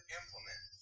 implement